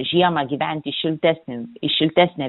žiemą gyventi į šiltesnį į šiltesnę